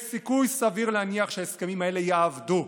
יש סיכוי סביר להניח שההסכמים האלה יעבדו.